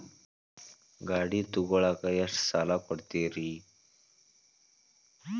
ಗಾಡಿ ತಗೋಳಾಕ್ ಎಷ್ಟ ಸಾಲ ಕೊಡ್ತೇರಿ?